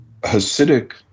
Hasidic